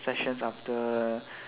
sessions after